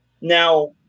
Now